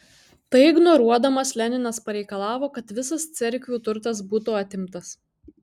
tai ignoruodamas leninas pareikalavo kad visas cerkvių turtas būtų atimtas